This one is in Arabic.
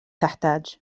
تحتاج